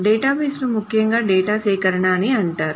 database ను ముఖ్యంగా data సేకరణ అని అంటారు